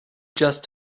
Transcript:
just